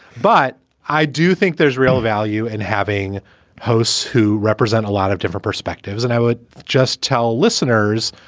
but i do think there's real value in having hosts who represent a lot of different perspectives. and i would just tell listeners.